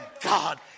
God